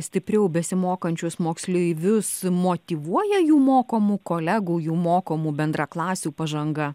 stipriau besimokančius moksleivius motyvuoja jų mokomų kolegų jų mokomų bendraklasių pažanga